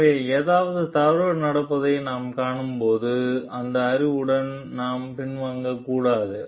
எனவே ஏதாவது தவறு நடப்பதை நான் காணும்போது அந்த அறிவுடன் நாம் பின்வாங்கக் கூடாது